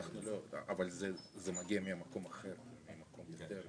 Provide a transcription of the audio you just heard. אז יש גם לנסח